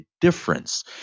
difference